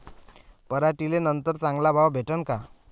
पराटीले नंतर चांगला भाव भेटीन का?